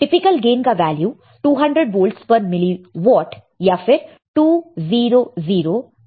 typical gain का value 200 volts पर milliwatts या फिर 200000 है